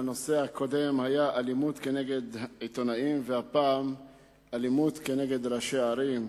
הנושא הקודם היה אלימות כנגד עיתונאים והפעם אלימות כנגד ראשי ערים.